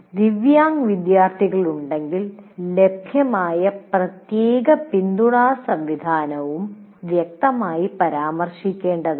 ദിവ്യാങ് വിദ്യാർത്ഥികളുണ്ടെങ്കിൽ ലഭ്യമായ പ്രത്യേക പിന്തുണാ സംവിധാനവും വ്യക്തമായി പരാമർശിക്കേണ്ടതാണ്